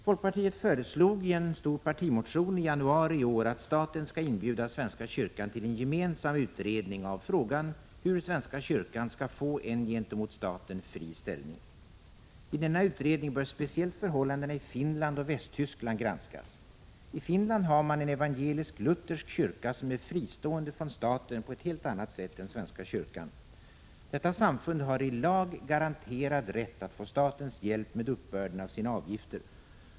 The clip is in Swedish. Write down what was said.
Folkpartiet föreslog i en stor partimotion i januari i år att staten skall inbjuda svenska kyrkan till en gemensam utredning av frågan hur svenska kyrkan skall få en gentemot staten fri ställning. I denna utredning bör speciellt förhållandena i Finland och Västtyskland granskas. I Finland har man en evangelisk-luthersk kyrka som är fristående från staten på ett helt annat sätt än svenska kyrkan. Detta samfund har i lag garanterad rätt att få statens hjälp med uppbörden av sina avgifter.